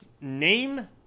name